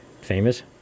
famous